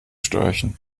störchen